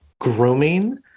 grooming